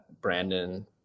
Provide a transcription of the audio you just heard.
Brandon